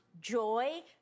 joy